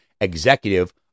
executive